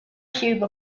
cube